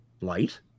light